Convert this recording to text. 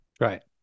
Right